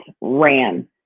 ran